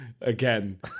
again